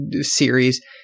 series